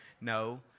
No